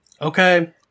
Okay